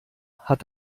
hat